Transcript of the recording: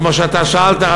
כמו שאתה שאלת,